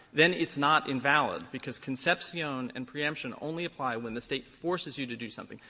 then it's not invalid because concepcion and preemption only apply when the state forces you to do something.